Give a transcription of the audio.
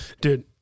Dude